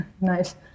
Nice